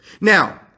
Now